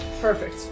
Perfect